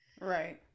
Right